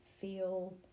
feel